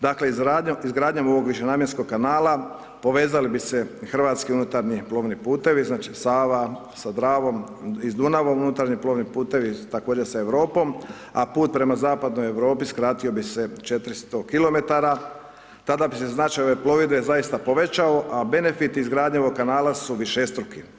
Dakle, izgradnjom ovog višenamjenskog kanala, povezali bi se hrvatski unutarnji lovni putevi, znači Sava sa Dravom i s Dunavom, unutarnji plovni putevi također sa Europom, a put prema zapadnoj Europi skratio bi se 400 kilometara, tada bi se znači, ove plovidbe zaista povećao, a benefiti izgradnje ovog kanala su višestruki.